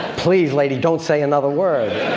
please lady, don't say another word.